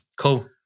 cool